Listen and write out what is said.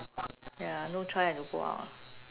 ya no choice have to go out